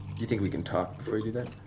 you think we can talk before you do that?